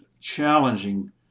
challenging